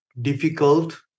difficult